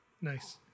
Nice